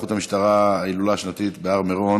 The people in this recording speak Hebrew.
היערכות המשטרה להילולה השנתית בהר מירון,